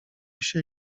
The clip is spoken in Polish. się